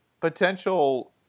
potential